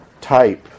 type